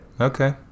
Okay